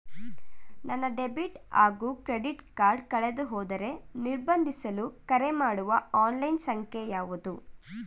ನನ್ನ ಡೆಬಿಟ್ ಹಾಗೂ credit card ಕಳೆದುಹೋದರೆ ನಿರ್ಬಂಧಿಸಲು ಕರೆಮಾಡುವ ಆನ್ಲೈನ್ ಸಂಖ್ಯೆಯಾವುದು?